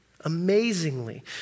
amazingly